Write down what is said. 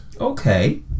Okay